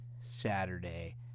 saturday